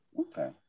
Okay